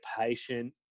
patient